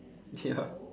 ya